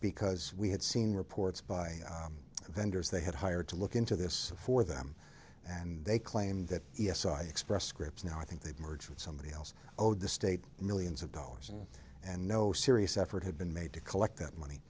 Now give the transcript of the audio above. because we had seen reports by vendors they had hired to look into this for them and they claimed that e s i express scripts now i think they've merged with somebody else owed the state millions of dollars and no serious effort had been made to collect that money